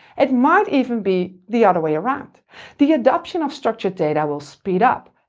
it might even be the other way around the adoption of structured data will speed up.